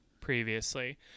previously